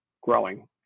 growing